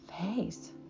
face